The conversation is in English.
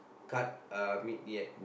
cut uh meat yet